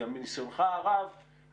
גם מניסיונך הרב,